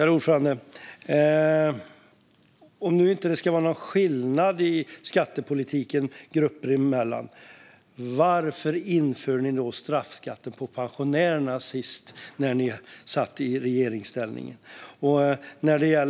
Herr talman! Om det nu inte ska vara någon skillnad i skattepolitik grupper emellan, Hampus Hagman, varför införde ni då straffskatten på pensionärerna när ni senast satt i regeringsställning?